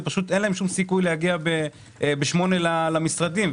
אין להם סיכוי להגיע ב-08:00 למשרדים.